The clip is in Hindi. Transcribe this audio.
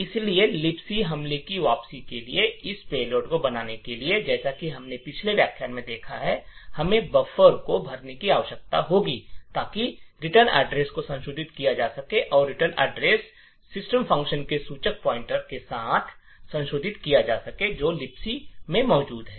इसलिए लिबसी हमले की वापसी के लिए इस पेलोड को बनाने के लिए जैसा कि हमने पिछले व्याख्यान में देखा है हमें बफर को भरने की आवश्यकता होगी ताकि रिटर्न एड्रेस को संशोधित किया जा सके और रिटर्न एड्रेस सिस्टम फ़ंक्शन के सूचक के साथ संशोधित किया जा सके जो लिबसी में मौजूद है